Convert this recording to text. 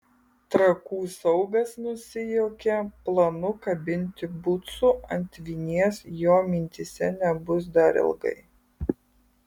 trakų saugas nusijuokė planų kabinti bucų ant vinies jo mintyse nebus dar ilgai